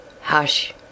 Hush